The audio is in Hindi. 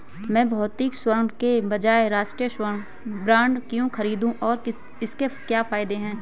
मैं भौतिक स्वर्ण के बजाय राष्ट्रिक स्वर्ण बॉन्ड क्यों खरीदूं और इसके क्या फायदे हैं?